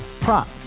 prop